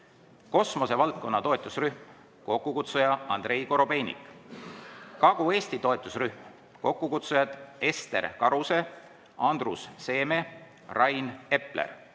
kosmose valdkonna toetusrühm, kokkukutsuja Andrei Korobeinik; Kagu-Eesti toetusrühm, kokkukutsujad Ester Karuse, Andrus Seeme, Rain Epler;